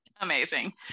Amazing